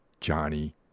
Johnny